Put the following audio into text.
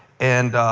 and